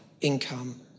income